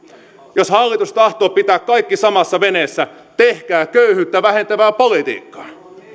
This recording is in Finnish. jos hallitus tahtoo pitää kaikki samassa veneessä tehkää köyhyyttä vähentävää politiikkaa